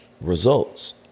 Results